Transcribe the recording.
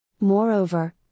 Moreover